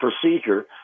procedure